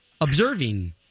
observing